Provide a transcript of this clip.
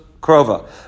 Krova